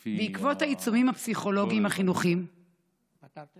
לפי, נראה